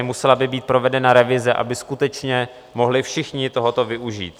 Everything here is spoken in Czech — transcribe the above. Musela by být provedena revize, aby skutečně mohli všichni tohoto využít.